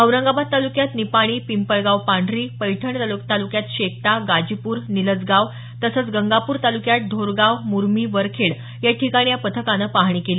औरंगाबाद तालुक्यात निपाणी पिंपळगाव पांढरी पैठण तालुक्यात शेकटा गाजीपूर निलजगाव तसंच गंगापूर तालुक्यात ढोरगाव मुरमी वरखेड या ठिकाणी या पथकानं पाहणी केली